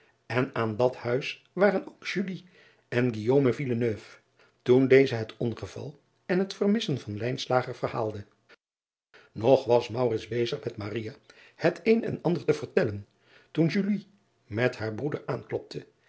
en aan dat huis waren ook en toen deze het ongeval en het vermissen van verhaalde og was bezig met het een en ander te vertellen toen met haar broeder aanklopte